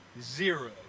zero